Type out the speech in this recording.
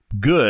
good